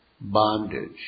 bondage